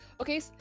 Okay